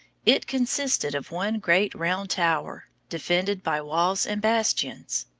it consisted of one great round tower, defended by walls and bastions.